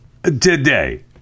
today